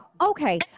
Okay